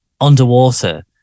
underwater